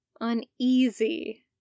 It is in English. uneasy